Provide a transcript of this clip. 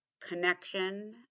connection